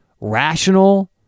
rational